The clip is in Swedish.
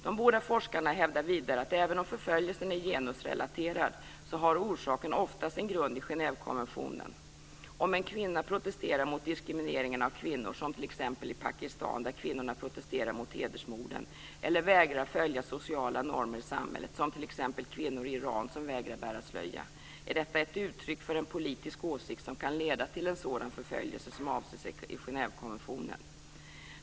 De båda forskarna hävdar vidare att även om förföljelsen är genusrelaterad har orsaken ofta sin grund i Genèvekonventionen. Om en kvinna protesterar mot diskriminering av kvinnor, som t.ex. i Pakistan där kvinnorna protesterar mot hedersmorden, eller vägrar följa sociala normer i samhället, som t.ex. kvinnor i Iran som vägrar bära slöja, är detta ett uttryck för en politisk åsikt som kan leda till en sådan förföljelse som avses i Genèvekonventionen.